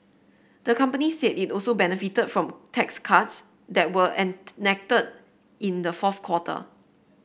the company said it also benefited from tax cuts that were enacted in the fourth quarter